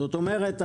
זאת אומרת,